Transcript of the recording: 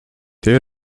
tej